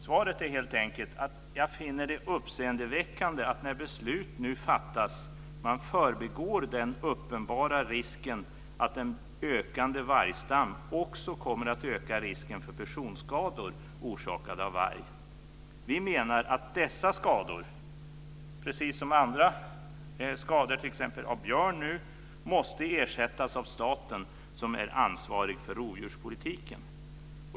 Svaret är helt enkelt att jag finner det uppseendeväckande att man, när beslut nu fattas, förbigår den uppenbara risken att en ökande vargstam också kommer att öka risken för personskador orsakade av varg. Vi menar att dessa skador, precis som skador av t.ex. björn, måste ersättas av staten, som är ansvarig för rovdjurspolitiken.